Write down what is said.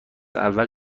اول